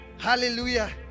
Hallelujah